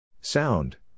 Sound